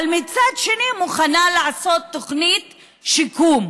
אבל מצד שני מוכנה לעשות תוכנית שיקום.